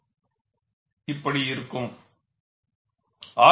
அது இயங்குபட்டத்தில் காண்பிக்கப்பட்டுள்ளது